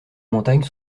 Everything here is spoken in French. montagne